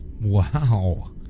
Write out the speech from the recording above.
Wow